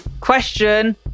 question